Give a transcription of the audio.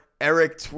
Eric